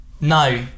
no